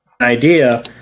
idea